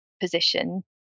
position